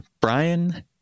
Brian